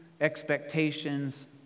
expectations